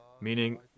Meaning